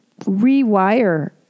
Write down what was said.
rewire